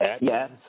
Yes